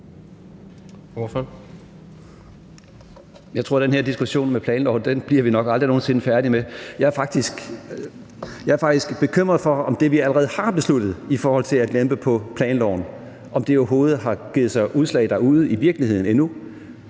Jeg tror, at den her diskussion om planlov bliver vi nok aldrig nogen sinde færdige med. Jeg er faktisk bekymret for, om det, vi allerede har besluttet i forhold til at lempe på planloven, overhovedet har givet sig udslag derude i virkeligheden endnu.